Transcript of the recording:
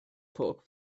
pork